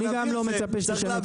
גם אני לא מצפה שתשנה את המצב.